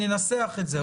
ננסח את זה.